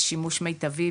שימוש מיטבי,